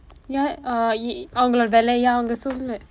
ya oh அவங்க விலைய அவங்க சொல்லல:avangka vilaiya avangla sollala